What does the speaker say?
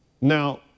Now